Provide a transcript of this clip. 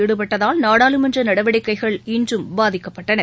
ஈடுபட்டதால் நாடாளுமன்ற நடவடிக்கைகள் இன்றும் பாதிக்கப்பட்டன